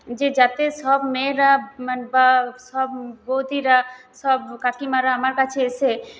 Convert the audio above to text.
যে যাতে সব মেয়েরা বা সব বউদিরা সব কাকিমারা আমার কাছে এসে